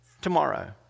tomorrow